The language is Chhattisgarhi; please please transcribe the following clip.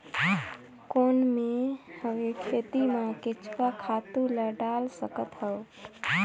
कौन मैं हवे खेती मा केचुआ खातु ला डाल सकत हवो?